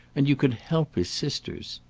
and you could help his sisters.